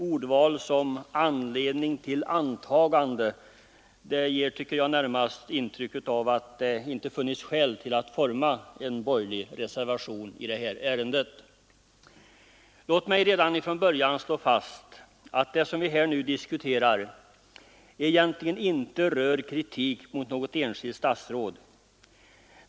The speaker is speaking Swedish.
Ordval som ”anledning till antagande” ger, tycker jag, närmast intryck av det inte funnits skäl till att avge en borgerlig reservation i detta ärende. Låt mig redan från början slå fast att det som vi nu diskuterar egentligen inte rör kritik mot något enskilt statsråd.